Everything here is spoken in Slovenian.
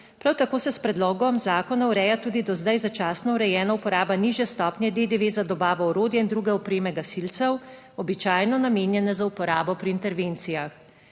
prav tako se s predlogom zakona ureja tudi do zdaj začasno urejena uporabo nižje stopnje DDV za dobavo orodja in druge opreme gasilcev, običajno namenjena za uporabo pri intervencijah.